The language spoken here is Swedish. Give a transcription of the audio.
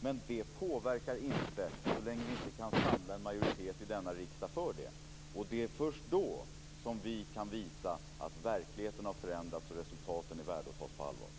Men det påverkar inte verkligheten, så länge vi inte kan samla en majoritet i denna riksdag för det. Det är först då som vi kan visa att verkligheten har förändrats och att resultaten är värda att tas på allvar.